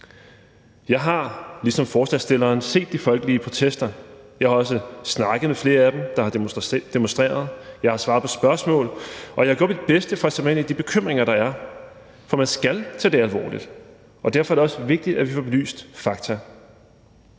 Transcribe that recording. Jeg har ligesom forslagsstillerne set de folkelige protester. Jeg har også snakket med flere af dem, der har demonstreret. Jeg har svaret på spørgsmål, og jeg har gjort mit bedste for sætte mig ind i de bekymringer, der er. For man skal tage det alvorligt, og derfor er det også vigtigt, at vi får belyst fakta.